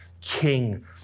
king